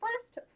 first